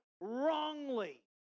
wrongly